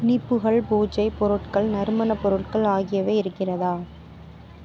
இனிப்புகள் பூஜை பொருட்கள் நறுமணப் பொருட்கள் ஆகியவை இருக்கிறதா